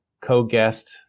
co-guest